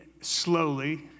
slowly